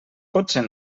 potser